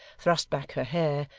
thrust back her hair,